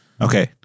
Okay